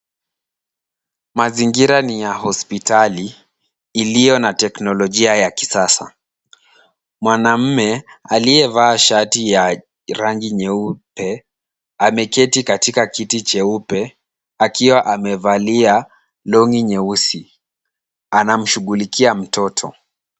Mazingira ni ya hospitali iliyo na teknolojia ya kisasa. Mwanamume aliyevaa shati ya rangi nyeupe, ameketi katika kiti cheupe akiwa amevalia long'i nyeusi. Anamshughulikia mtoto.